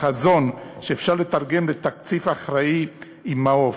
חזון שאפשר לתרגם לתקציב אחראי עם מעוף,